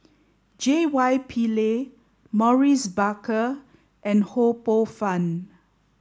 J Y Pillay Maurice Baker and Ho Poh Fun